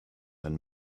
and